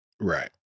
Right